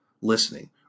listening